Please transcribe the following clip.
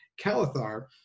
Calathar